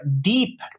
deep